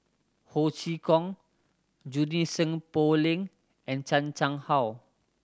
Ho Chee Kong Junie Sng Poh Leng and Chan Chang How